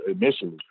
initially